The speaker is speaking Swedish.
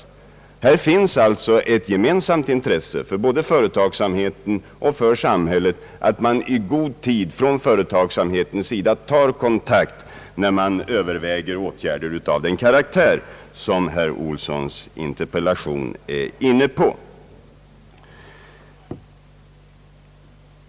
Det finns alltså ett gemensamt intresse för både företagen och samhället att ett företag tar kontakt när det överväger åtgärder av den karaktär som anges i herr Johan Olssons interpellation.